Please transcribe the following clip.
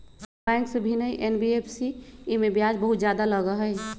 Bank से भिन्न हई एन.बी.एफ.सी इमे ब्याज बहुत ज्यादा लगहई?